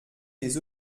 des